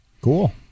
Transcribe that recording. cool